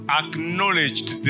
acknowledged